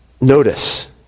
Notice